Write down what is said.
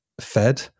fed